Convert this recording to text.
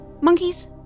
monkeys